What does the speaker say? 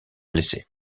blessés